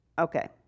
Okay